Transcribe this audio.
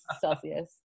celsius